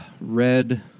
Red